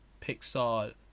Pixar